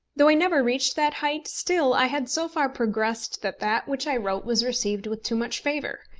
though i never reached that height, still i had so far progressed that that which i wrote was received with too much favour.